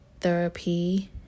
therapy